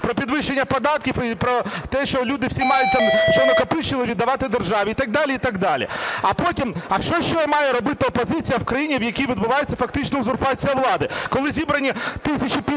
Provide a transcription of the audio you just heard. Про підвищення податків і про те, що люди всі мають, що накопичили, віддавати державі і так далі, і так далі. А потім… А що ще має робити опозиція в країні, в якій відбувається фактично узурпація влади, коли зібрані тисячі підписів